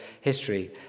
history